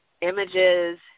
images